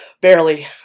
Barely